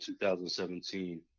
2017